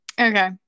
Okay